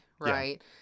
right